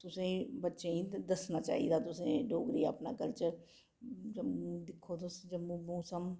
तुसें बच्चें गी दस्सने चाहिदा तुसें डोगरी अपना कल्चर जम्मू दिक्खो तुस जम्मू मौसम